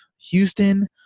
Houston